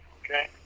okay